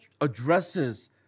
addresses